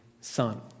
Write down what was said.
son